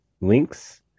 Links